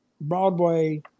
Broadway